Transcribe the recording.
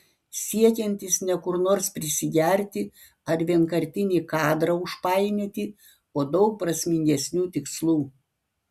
siekiantis ne kur nors prisigerti ar vienkartinį kadrą užpainioti o daug prasmingesnių tikslų